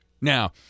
Now